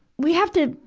we have to,